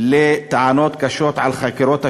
לטענות קשות על חקירות השב"כ,